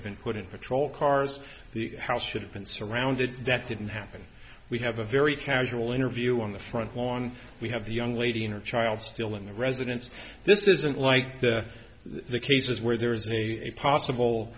have been put into troll cars the house should have been surrounded that didn't happen we have a very casual interview on the front lawn we have the young lady and her child still in the residence this isn't like that the cases where there is a possible